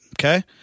okay